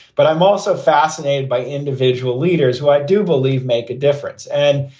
but i'm also fascinated by individual leaders who i do believe make a difference. and